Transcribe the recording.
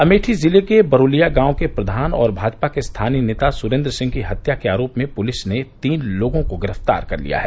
अमेठी ज़िले के बरोलिया गांव के प्रधान और भाजपा के स्थानीय नेता सुरेन्द्र सिंह की हत्या के आरोप में पुलिस ने तीन लोगों को गिरफ्तार कर लिया है